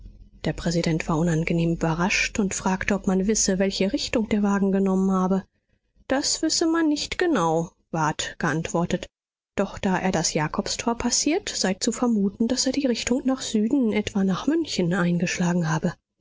der präsident war unangenehm überrascht und fragte ob man wisse welche richtung der wagen genommen habe das wisse man nicht genau ward geantwortet doch da er das jakobstor passiert sei zu vermuten daß er die richtung nach süden etwa nach münchen eingeschlagen habe